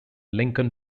lincoln